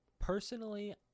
Personally